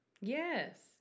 Yes